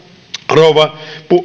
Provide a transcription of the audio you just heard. rouva